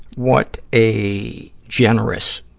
what a generous,